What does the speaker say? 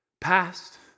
Past